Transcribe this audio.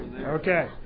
Okay